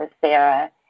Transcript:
Sarah